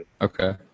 Okay